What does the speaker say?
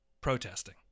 Protesting